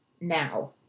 now